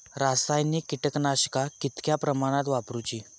रासायनिक कीटकनाशका कितक्या प्रमाणात वापरूची?